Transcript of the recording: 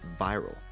viral